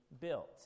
built